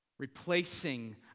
replacing